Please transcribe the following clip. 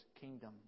kingdom